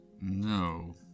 No